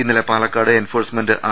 ഇന്നലെ Palakkad enforcement R